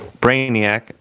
Brainiac